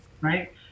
right